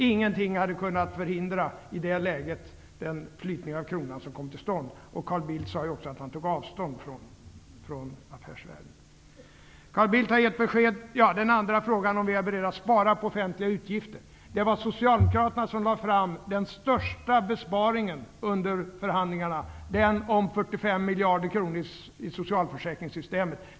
Ingenting hade i det läget kunnat förhindra beslutet att kronan skulle flyta. Carl Bildt sade också att han tog avstånd från Affärsvärlden. På frågan om vi är beredda att spara på offentliga utgifter vill jag svara att det var Det gällde 45 miljarder kronor i socialförsäkringssystemet.